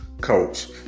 coach